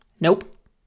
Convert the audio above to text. Nope